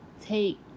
take